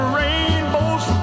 rainbow's